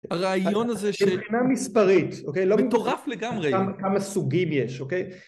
הרעיון הזה ש... זה מבחינה מספרית, אוקיי? לא מטורף לגמרי. כמה סוגים יש, אוקיי?